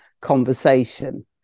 conversation